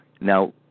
Now